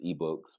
ebooks